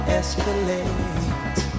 escalate